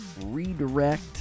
redirect